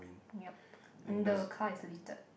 yup um the car is litted